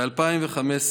ב-2015,